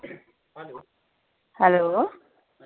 hello